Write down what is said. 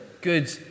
good